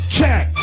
Check